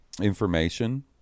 information